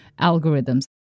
algorithms